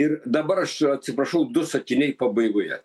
ir dabar aš atsiprašau du sakiniai pabaigoje